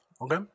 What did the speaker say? Okay